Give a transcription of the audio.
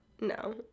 No